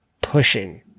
pushing